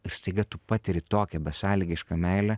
ir staiga tu patiri tokią besąlygišką meilę